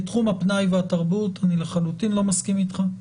בתחום הפנאי והתרבות אני לחלוטין לא מסכים איתך.